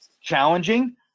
challenging